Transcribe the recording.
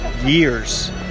years